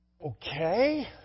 Okay